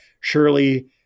surely